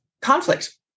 conflict